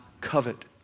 covet